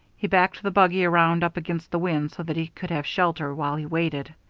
he backed the buggy around up against the wind so that he could have shelter while he waited.